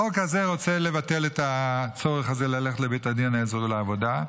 החוק הזה רוצה לבטל את הצורך הזה ללכת לבית הדין האזורי לעבודה.